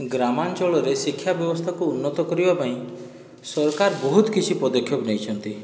ଗ୍ରାମାଞ୍ଚଳରେ ଶିକ୍ଷା ବ୍ୟବସ୍ଥାକୁ ଉନ୍ନତ କରିବା ପାଇଁ ସରକାର ବହୁତ କିଛି ପଦକ୍ଷେପ ନେଇଛନ୍ତି